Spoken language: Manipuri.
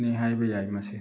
ꯅꯤ ꯍꯥꯏꯕ ꯌꯥꯏ ꯃꯁꯤ